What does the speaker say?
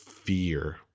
fear